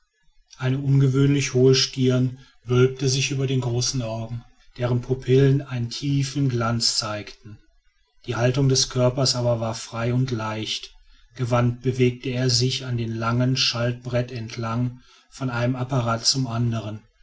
eine ungewöhnlich hohe stirn wölbte sich über den großen augen deren pupillen einen tiefen glanz zeigten die haltung des körpers aber war frei und leicht gewandt bewegte er sich an dem langen schaltbrett entlang von einem apparat zum andern